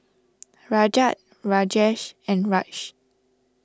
Rajat Rajesh and Raj